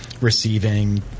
receiving